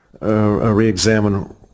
re-examine